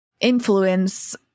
influence